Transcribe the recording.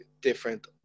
different